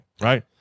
right